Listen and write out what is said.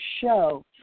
show